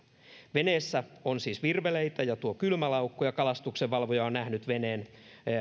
veneessä on siis virveleitä ja tuo kylmälaukku ja kalastuksenvalvoja on nähnyt veneen